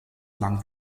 lang